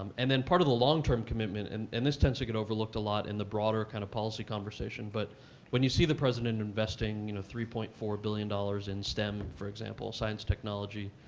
um and then part of the long-term commitment and and this tends to get overlooked a lot in the broader kind of policy conversation but when you see the president investing, you know, three point four billion dollars in stem, for example, science, technology,